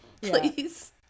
please